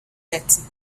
setting